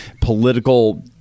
political